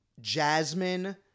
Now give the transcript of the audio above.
Jasmine